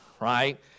right